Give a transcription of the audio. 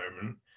moment